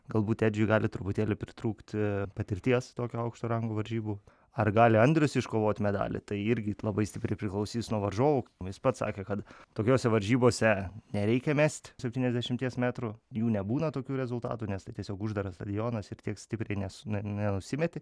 galbūt edžiui gali truputėlį pritrūkti patirties tokio aukšto rango varžybų ar gali andrius iškovot medalį tai irgi labai stipriai priklausys nuo varžovų jis pats sakė kad tokiose varžybose nereikia mest septyniasdešimties metrų jų nebūna tokių rezultatų nes tai tiesiog uždaras stadionas ir tiek stipriai nes nenusimeti